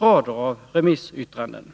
rader av remissyttranden.